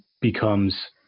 becomes